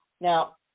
Now